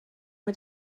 mit